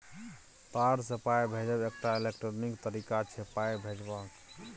तार सँ पाइ भेजब एकटा इलेक्ट्रॉनिक तरीका छै पाइ भेजबाक